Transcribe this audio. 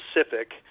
specific